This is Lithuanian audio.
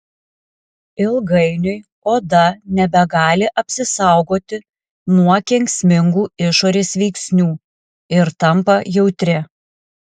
ilgainiui oda nebegali apsisaugoti nuo kenksmingų išorės veiksnių ir tampa jautri